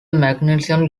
magnetism